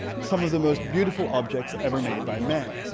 some of the most beautiful objects ever made by man.